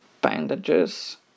bandages